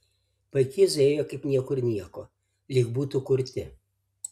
vaikėzai ėjo kaip niekur nieko lyg būtų kurti